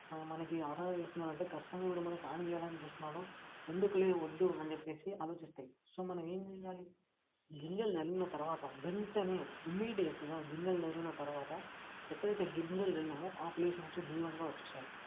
మనకి ఆహారం వేస్తున్నాడంటే ఖచ్చితంగా వీడు మనకి హాని చెయ్యాలని చూస్తున్నాడు ఎందుకులే వద్దు అని చెప్పి ఆలోచిస్తాయి సో మనం ఏం చెయ్యాలి గింజలు చల్లిన తర్వాత వెంటనే ఇమీడియట్గా గింజలు చల్లిన తర్వాత ఎక్కడైతే గింజలు చల్లామో ఆ ప్లేస్ నుంచి దూరంగా వచ్చేయ్యాలి